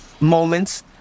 moments